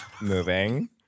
Moving